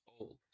old